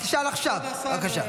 כבוד השר,